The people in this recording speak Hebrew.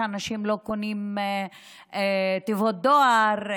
שאנשים לא קונים תיבות דואר,